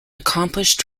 accomplished